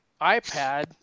iPad